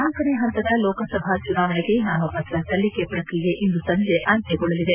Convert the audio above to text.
ನಾಲ್ಕನೇ ಪಂತದ ಲೋಕಸಭಾ ಚುನಾವಣೆಗೆ ನಾಮಪತ್ರ ಸಲ್ಲಿಕೆ ಪ್ರಕ್ರಿಯೆ ಇಂದು ಸಂಜೆ ಅಂತ್ಯಗೊಳ್ಳಲಿದೆ